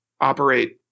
operate